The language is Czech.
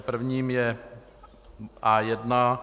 Prvním je A1.